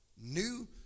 new